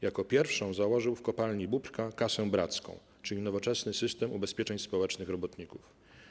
Jako pierwszą założył w kopalni Bóbrka kasę bracką, czyli nowoczesny system ubezpieczeń społecznych robotników.